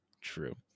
True